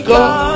God